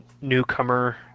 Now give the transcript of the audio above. newcomer